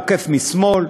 עוקף משמאל,